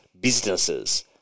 businesses